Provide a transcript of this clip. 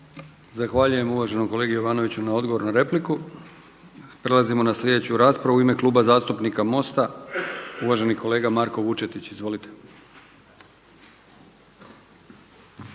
Zahvaljujem uvaženom kolegi Jovanoviću na odgovoru na repliku. Prelazimo na sljedeću raspravu u ime Kluba zastupnika MOST-a uvaženi kolega Marko Vučetić. Izvolite.